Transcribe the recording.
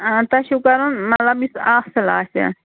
آ تۄہہِ چھُو کَرُن مطلب یُس اَصٕل آسہِ